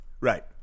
Right